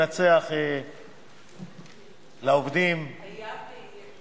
הצעת חוק הביטוח הלאומי (תיקון מס' 129),